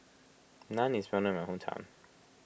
Naan is well known in my hometown